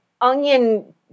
onion